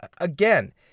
again